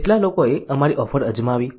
કેટલા લોકોએ અમારી ઓફર અજમાવી